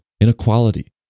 inequality